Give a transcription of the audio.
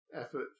effort